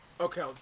Okay